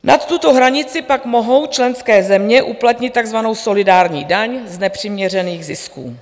Nad tuto hranici pak mohou členské země uplatnit takzvanou solidární daň z nepřiměřených zisků.